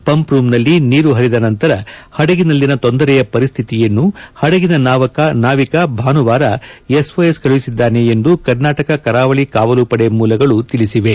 pump ರೂಂನಲ್ಲಿ ನೀರು ಪರಿದ ನಂತರ ಹಡಗಿನಲ್ಲಿನ ತೊಂದರೆಯ ಪರಿಸ್ತಿತಿಯನ್ನು ಪಡಗಿನ ನಾವಿಕ ಭಾನುವಾರ ಎಸ್ಒಎಸ್ ಕಳುಹಿಸಿದ್ದಾನೆ ಎಂದು ಕರ್ನಾಟಕ ಕರಾವಳಿ ಕಾವಲು ಪಡೆ ಮೂಲಗಳು ತಿಳಿಸಿವೆ